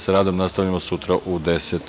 Sa radom nastavljamo sutra u 10,